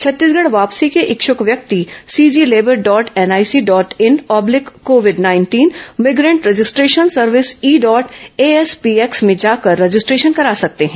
छत्तीसगढ वापसी के इच्छक व्यक्ति CG labour dot NIC dot in oblique covid उन्नीस migrant registration service E dot A SPX में जाकर रजिस्ट्रेशन करा सकते हैं